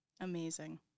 Amazing